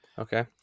Okay